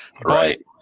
Right